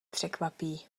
překvapí